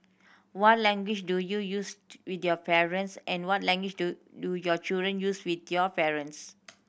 what language do you use to with your parents and what language do do your children use with your parents